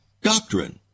doctrine